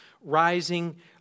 rising